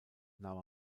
nahm